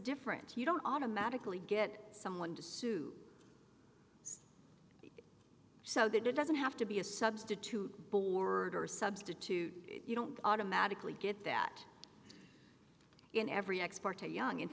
different you don't automatically get someone to sue so that it doesn't have to be a substitute board or a substitute you don't automatically get that in every expert to young it